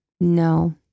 No